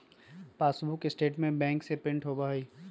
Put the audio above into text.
passbook statement bank से print होबा हई